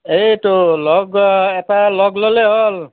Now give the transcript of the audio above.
এইটো লগ এটা লগ ল'লে হ'ল